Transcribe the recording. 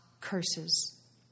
curses